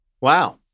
Wow